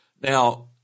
now